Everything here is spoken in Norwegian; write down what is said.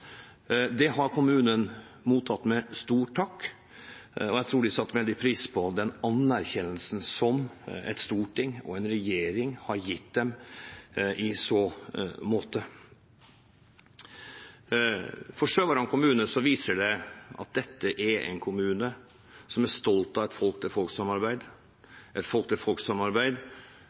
Det har kommunen mottatt med stor takk – jeg tror de satte veldig pris på den anerkjennelsen som Stortinget og regjeringen har gitt dem i så måte. For Sør-Varanger kommune viser dette at det er en kommune som er stolt av et